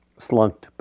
slunked